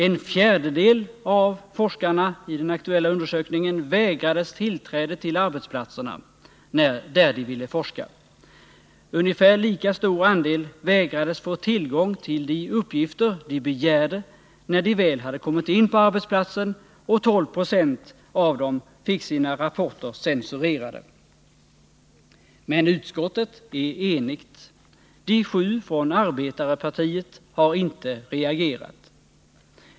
En fjärdedel av forskarna i den aktuella undersökningen vägrades tillträde till de arbetsplatser där de ville forska, en ungefär lika stor andel vägrades tillgång till de uppgifter de begärde när de väl hade kommit in på arbetsplatsen, och 12 70 av forskarna fick sina rapporter censurerade. Men utskottet är enigt — de sju från arbetarpartiet har inte reagerat.